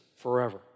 forever